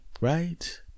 Right